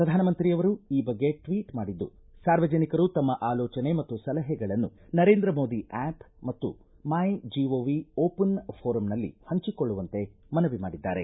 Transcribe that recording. ಪ್ರಧಾನಮಂತ್ರಿಯವರು ಈ ಬಗ್ಗೆ ಟ್ವೀಟ್ ಮಾಡಿದ್ದು ಸಾರ್ವಜನಿಕರು ತಮ್ಮ ಆಲೋಚನೆ ಮತ್ತು ಸಲಹೆಗಳನ್ನು ನರೇಂದ್ರ ಮೋದಿ ಆಪ್ ಮತ್ತು ಮೈ ಜಿಟವಿ ಓಪನ್ ಪೋರಂನಲ್ಲಿ ಹಂಚಿಕೊಳ್ಳುವಂತೆ ಮನವಿ ಮಾಡಿದ್ದಾರೆ